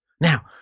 Now